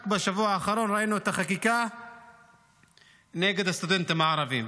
רק בשבוע האחרון ראינו את החקיקה נגד הסטודנטים הערבים.